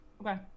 okay